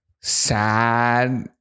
sad